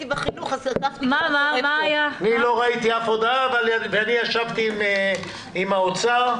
ואני ישבתי עם האוצר,